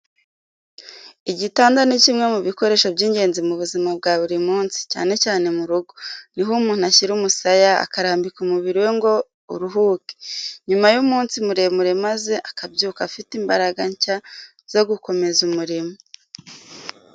Igitanda ni kimwe mu bikoresho by’ingenzi mu buzima bwa buri munsi, cyane cyane mu rugo. Niho umuntu ashyira umusaya, akarambika umubiri we ngo uruhuke nyuma y’umunsi muremure maze akabyuka afite imbaraga nshya zo gukomeza umurimo.